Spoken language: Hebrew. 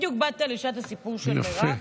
בדיוק באת לשעת הסיפור של מירב,